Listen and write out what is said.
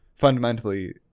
Fundamentally